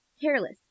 careless